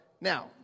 now